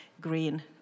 green